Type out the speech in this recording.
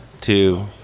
Two